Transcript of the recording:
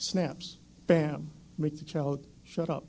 snaps bam make the child shut up